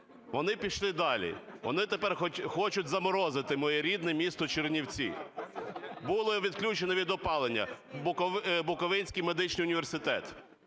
Вони пішли далі – вони тепер хочуть заморозити моє рідне місто Чернівці. Було відключено від опалення Буковинський медичний університет,